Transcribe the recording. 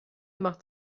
macht